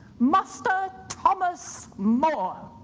master thomas more!